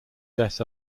death